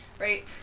Right